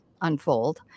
unfold